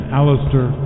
Alistair